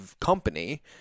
company